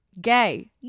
Gay